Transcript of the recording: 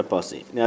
Now